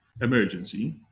emergency